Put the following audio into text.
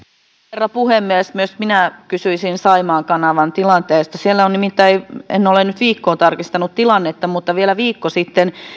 herra puhemies myös minä kysyisin saimaan kanavan tilanteesta siellä nimittäin en ole nyt viikkoon tarkistanut tilannetta vielä viikko sitten oli